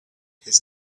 his